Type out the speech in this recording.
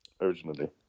originally